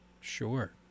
Sure